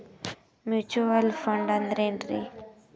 Mutual fund ಅಂದ್ರೆನ್ರಿ?